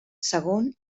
segon